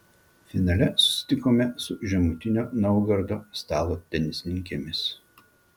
finale susitikome su žemutinio naugardo stalo tenisininkėmis